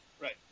Right